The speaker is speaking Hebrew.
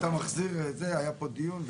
אתה מחזיר את זה, היה פה דיון.